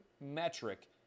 metric